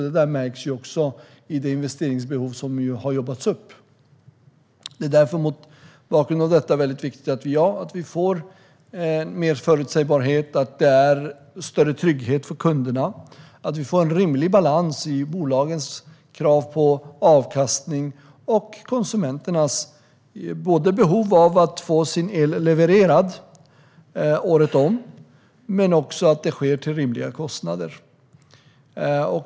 Det märks också i det investeringsbehov som nu har jobbats upp. Mot bakgrund av detta är det väldigt viktigt med mer förutsägbarhet. Det innebär större trygghet för kunderna. Det måste bli en rimlig balans mellan bolagens krav på avkastning och konsumenternas behov av att få sin el levererad året om till rimliga kostnader.